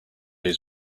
his